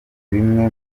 bimwe